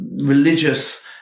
religious